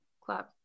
club